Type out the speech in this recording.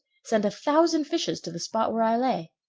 sent a thousand fishes to the spot where i lay.